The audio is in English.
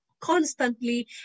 Constantly